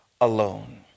alone